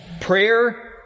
Prayer